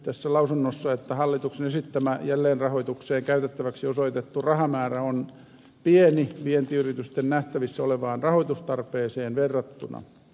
tässä lausunnossa todetaan erityisesti että hallituksen esittämä jälleenrahoitukseen käytettäväksi osoitettu rahamäärä on pieni vientiyritysten nähtävissä olevaan rahoitustarpeeseen verrattuna